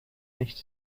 nicht